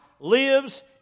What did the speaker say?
lives